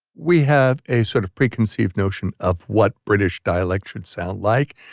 we have a sort of preconceived notion of what british dialect should sound like,